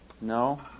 No